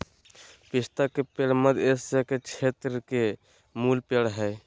पिस्ता के पेड़ मध्य एशिया के क्षेत्र के मूल पेड़ हइ